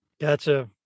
Gotcha